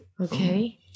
Okay